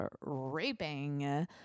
raping